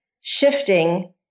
shifting